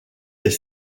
est